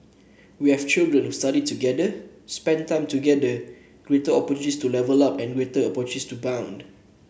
we have children who study together spent time together greater opportunities to level up and greater opportunities to bond